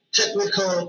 technical